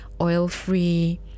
Oil-Free